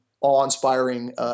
awe-inspiring